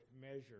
measure